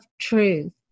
truth